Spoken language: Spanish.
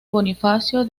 bonifacio